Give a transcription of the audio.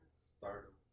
Start